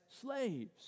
slaves